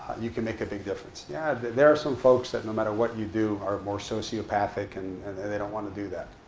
you can make a big difference. yeah, there are some folks that, no matter what you do, are more sociopathic. and and and they don't want to do that.